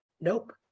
Nope